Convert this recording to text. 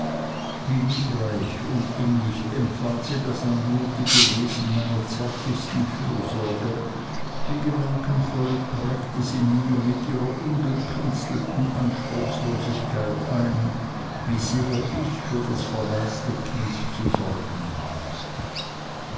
wie liebreich und innig empfahl sie das anmutige wesen meiner zärtlichsten fürsorge wie gedankenvoll prägte sie mir mit ihrer ungekünstelten anspruchlosigkeit ein wie sehr ich für das verwaiste kind zu sorgen habe